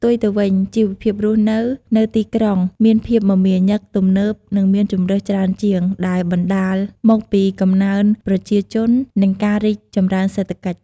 ផ្ទុយទៅវិញ ជីវភាពរស់នៅ នៅទីក្រុងមានភាពមមាញឹក ទំនើប និងមានជម្រើសច្រើនជាង ដែលបណ្ដាលមកពីកំណើនប្រជាជន និងការរីកចម្រើនសេដ្ឋកិច្ច។